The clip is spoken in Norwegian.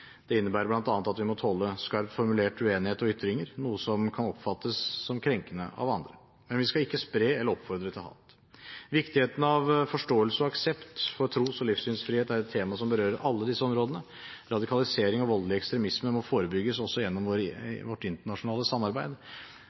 Det innebærer bl.a. at vi må tåle skarpt formulert uenighet og ytringer, noe som kan oppfattes som krenkende av andre. Men vi skal ikke spre, eller oppfordre til, hat. Viktigheten av forståelse og aksept for tros- og livssynsfrihet er et tema som berører alle disse områdene. Radikalisering og voldelig ekstremisme må forebygges også gjennom vårt internasjonale samarbeid. Flere av departementene deltar i relevant internasjonalt samarbeid